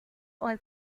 oil